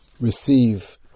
receive